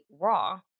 raw